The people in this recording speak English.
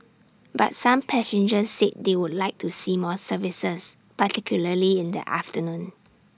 but some passengers said they would like to see more services particularly in the afternoon